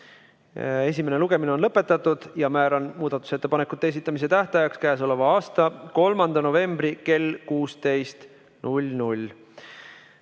Esimene lugemine on lõpetatud ja määran muudatusettepanekute esitamise tähtajaks k.a 3. novembri kell 16.